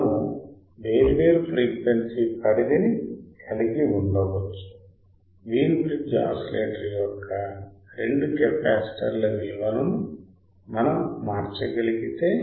మనము వేర్వేరు ఫ్రీక్వెన్సీ పరిధిని కలిగి ఉండవచ్చు వీన్ బ్రిడ్జ్ ఆసిలేటర్ యొక్క రెండు కెపాసిటర్ల విలువలను మనం మార్చగలిగితే